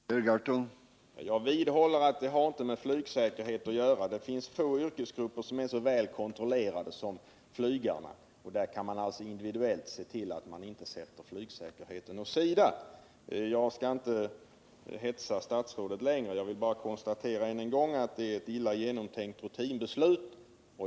Herr talman! Jag vidhåller att det inte har med flygsäkerhet att göra. Det finns få yrkesgrupper som är så väl kontrollerade som flygarna. Där kan man alltså individuellt se till att man inte sätter flygsäkerheten åt sidan. Jag skall inte hetsa statsrådet längre, jag vill bara konstatera än en gång att det är ett illa genomtänkt rutinbeslut.